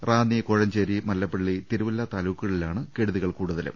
Ranni Kozhencherry Mallappally Thiruvalla താലൂക്കുകളിലാണ് കെടുതികൾ കൂടുത ലും